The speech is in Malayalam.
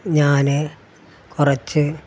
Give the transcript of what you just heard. ഞാൻ കുറച്ച്